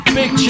Big